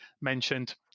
mentioned